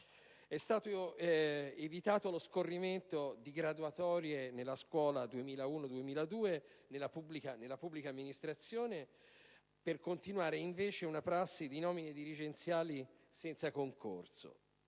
È stato evitato lo scorrimento di graduatorie 2001-2002 nella pubblica amministrazione per continuare invece una prassi di nomine dirigenziali senza concorso.